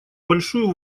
большую